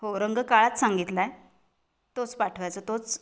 हो रंग काळाच सांगितला आहे तोच पाठवायचा तोच